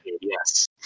Yes